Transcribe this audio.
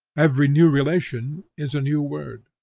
every new relation is a new word.